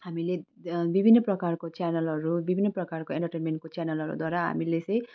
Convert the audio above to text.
हामीले विभिन्न प्रकारको च्यानलहरू विभिन्न प्रकारको इन्टरटेनमेन्टको च्यानलहरूद्वारा हामीले चाहिँ